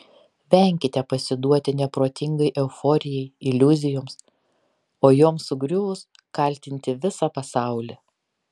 venkite pasiduoti neprotingai euforijai iliuzijoms o joms sugriuvus kaltinti visą pasaulį